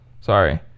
Sorry